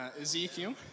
Ezekiel